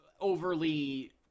overly